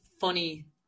funny